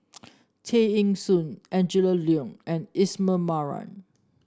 Tay Eng Soon Angela Liong and Ismail Marjan